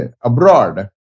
abroad